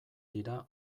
dira